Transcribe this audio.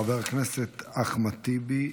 חבר הכנסת אחמד טיבי,